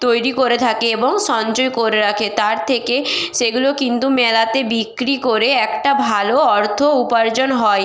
তৈরি করে থাকে এবং সঞ্চয় করে রাখে তার থেকে সেগুলো কিন্তু মেলাতে বিক্রি করে একটা ভালো অর্থ উপার্জন হয়